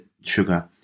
sugar